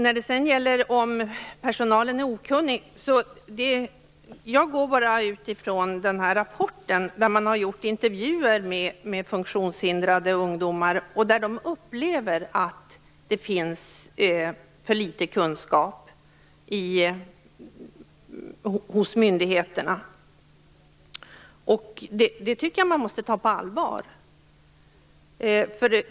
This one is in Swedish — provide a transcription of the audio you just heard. Beträffande personalens okunnighet utgår jag ifrån rapporten. Man har intervjuat funktionshindrade ungdomar. De upplever det som att det finns för litet kunskap hos myndigheterna. Det måste man ta på allvar.